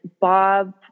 Bob